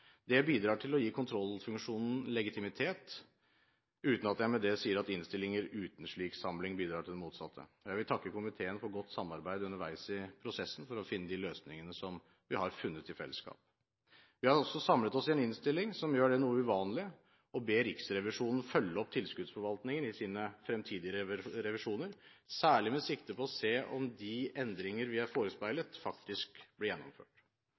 Det bidrar til å gi kontrollfunksjonen legitimitet – uten at jeg med det sier at innstillinger uten en slik samling bidrar til det motsatte. Jeg vil takke komiteen for godt samarbeid underveis i prosessen for å finne de løsningene som vi har funnet i fellesskap. Vi har altså samlet oss i en innstilling som gjør det noe uvanlige å be Riksrevisjonen følge opp tilskuddsforvaltningen i sine fremtidige revisjoner, særlig med sikte på å se om de endringer vi er forespeilet, faktisk blir gjennomført.